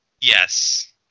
Yes